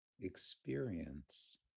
experience